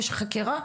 יש חקירה,